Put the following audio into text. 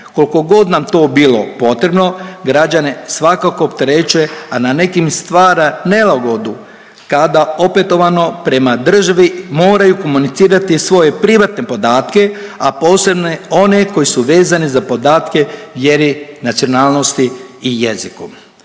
kolko god nam to bilo potrebno građane svakako opterećuje, a na nekim stvara nelagodu kada opetovano prema državi moraju komunicirati svoje privatne podatke, a posebno one koji su vezani za podatke o vjeri, nacionalnosti i jeziku.